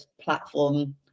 platform